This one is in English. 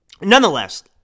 Nonetheless